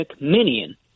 Minion